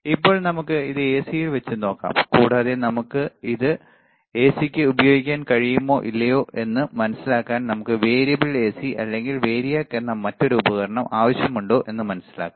ഇപ്പോൾ നമുക്ക് ഇത് എസിയിൽ വെച്ചു നോക്കാം കൂടാതെ നമുക്ക് ഇത് എസിക്ക് ഉപയോഗിക്കാൻ കഴിയുമോ ഇല്ലയോ എന്ന് മനസിലാക്കാൻ നമുക്ക് വേരിയബിൾ എസി അല്ലെങ്കിൽ വേരിയാക്ക് എന്ന മറ്റൊരു ഉപകരണം ആവശ്യമുണ്ടോ എന്ന് മനസിലാക്കാം